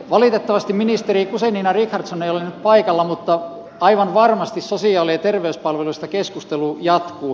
valitettavasti ministeri guzenina richardson ei ole nyt paikalla mutta aivan varmasti sosiaali ja terveyspalveluista keskustelu jatkuu